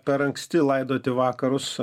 per anksti laidoti vakarus